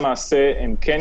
כמו שלא